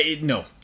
no